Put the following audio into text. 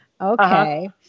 Okay